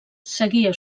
seguia